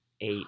eight